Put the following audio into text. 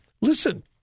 listen